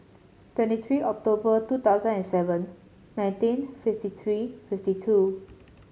twenty three October two thousand and seven nineteen fifty three fifty two